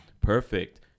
perfect